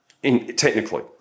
technically